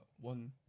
one